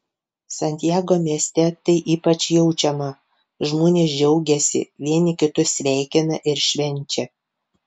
santiago mieste tai ypač jaučiama žmonės džiaugiasi vieni kitus sveikina ir švenčia